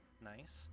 nice